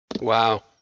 Wow